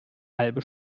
halbe